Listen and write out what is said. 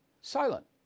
silent